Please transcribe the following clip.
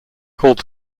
called